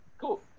cool